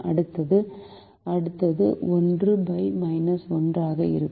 அடுத்தது அடுத்தது 1 1 ஆக இருக்கும்